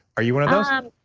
are you one of those? um